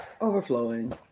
overflowing